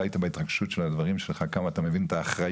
ראיתי את ההתרגשות שלך ועד כמה אתה מבין את האחריות.